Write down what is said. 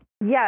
Yes